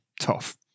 tough